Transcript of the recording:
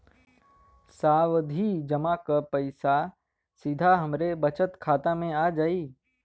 सावधि जमा क पैसा सीधे हमरे बचत खाता मे आ जाई?